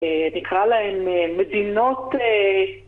ונקרא להם, מדינות...